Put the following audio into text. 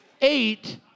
eight